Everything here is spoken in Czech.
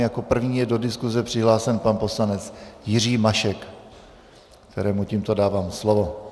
Jako první je do diskuse přihlášen pan poslanec Jiří Mašek, kterému tímto dávám slovo.